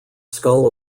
skull